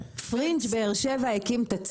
פרינג' באר שבע הקים את עצמו.